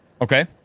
Okay